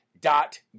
dot